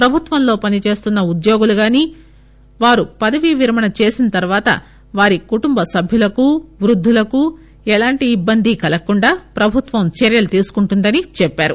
ప్రభుత్వంలో పనిచేస్తున్న ఉద్యోగులు గాని వారు పదవీ విరమణ చేసిన తర్వాత వారి కుటుంబ సభ్యులకు వృద్దులకు ఎలాంటి ఇబ్బంది కలగకుండా ప్రభుత్వం చర్యలు తీసుకుంటుందని చెప్పారు